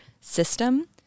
system